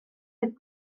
oedd